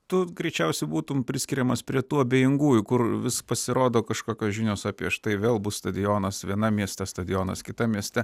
tu greičiausiai būtum priskiriamas prie tų abejingųjų kur vis pasirodo kažkokios žinios apie štai vėl bus stadionas vienam mieste stadionas kitam mieste